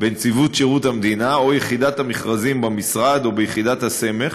בנציבות שירות המדינה או יחידת המכרזים במשרד או ביחידת הסמך,